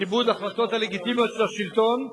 וכיבוד החלטות לגיטימיות של השלטון,